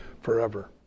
forever